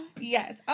Yes